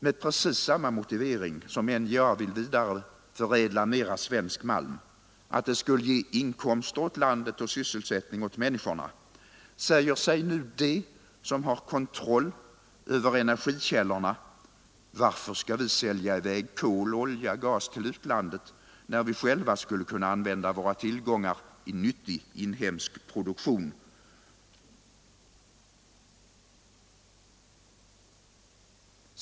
Med precis samma motivering som NJA har för att vidareförädla mera svensk malm — att det skulle ge inkomster åt landet och sysselsättning åt människorna — säger sig nu de som har kontroll över energikällorna: Varför skall vi sälja i väg kol, olja och gas till utlandet, när vi själva skulle kunna använda våra tillgångar i nyttig inhemsk produktion?